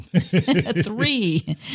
Three